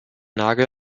nagel